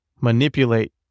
manipulate